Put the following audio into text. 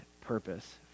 purpose